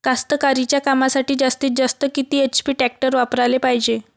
कास्तकारीच्या कामासाठी जास्तीत जास्त किती एच.पी टॅक्टर वापराले पायजे?